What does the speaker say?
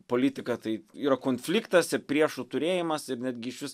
politika tai yra konfliktas ir priešų turėjimas ir netgi išvis